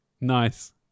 Nice